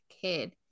kid